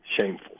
shameful